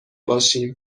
باشیم